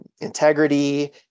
integrity